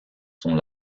sont